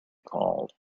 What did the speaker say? called